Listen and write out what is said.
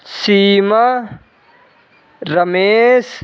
Seema Ramesh